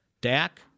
Dak